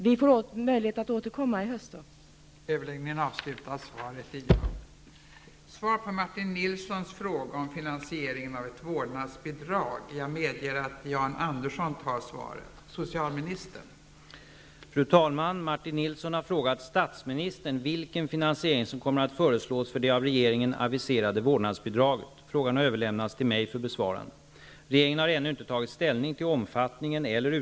Vi får möjlighet att återkomma till frågan i höst.